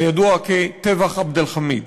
הידוע כטבח עבד אל-חמיד.